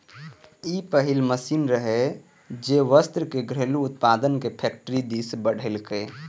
ई पहिल मशीन रहै, जे वस्त्रक घरेलू उत्पादन कें फैक्टरी दिस बढ़ेलकै